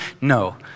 no